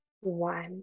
one